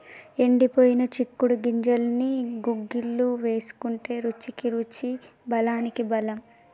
ఎండిపోయిన చిక్కుడు గింజల్ని గుగ్గిళ్లు వేసుకుంటే రుచికి రుచి బలానికి బలం